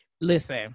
listen